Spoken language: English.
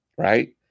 Right